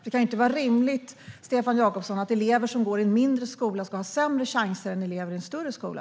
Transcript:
Det kan inte vara rimligt, Stefan Jakobsson, att elever som går i en mindre skola ska ha sämre chanser än elever i en större skola.